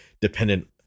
dependent